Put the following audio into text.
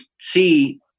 see